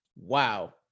wow